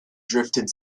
drifted